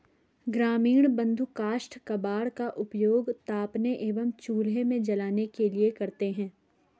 ग्रामीण बंधु काष्ठ कबाड़ का उपयोग तापने एवं चूल्हे में जलाने के लिए करते हैं